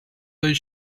their